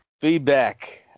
Feedback